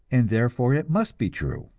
and therefore it must be true.